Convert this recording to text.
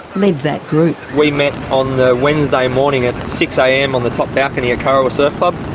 led that group. we met on the wednesday morning at six am on the top balcony of kurrawa surf club.